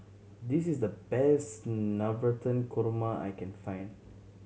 this is the best Navratan Korma I can find